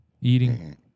Eating